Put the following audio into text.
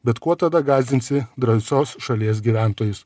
bet kuo tada gąsdinsi drąsios šalies gyventojus